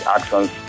actions